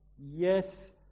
yes